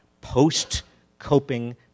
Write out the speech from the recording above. post-coping